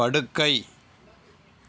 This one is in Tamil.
படுக்கை